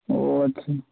ও আচ্ছা